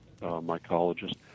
mycologist